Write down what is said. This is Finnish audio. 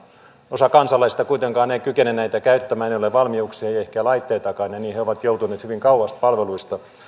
osa kansalaisista kuitenkaan ei kykene näitä käyttämään ei ole valmiuksia ei ehkä laitteitakaan ja niin he ovat joutuneet hyvin kauas palveluista